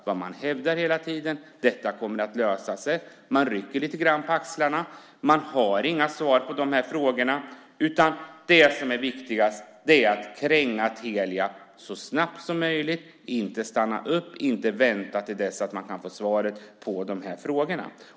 Vad man hävdar hela tiden är att detta kommer att lösa sig. Man rycker lite grann på axlarna och har inga svar på de här frågorna. Det som är viktigast är att kränga Telia så snabbt som möjligt utan att stanna upp och vänta till dess att man har svaren på frågorna.